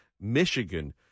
Michigan